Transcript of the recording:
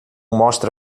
mostra